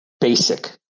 Basic